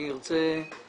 אני ארצה תשובות.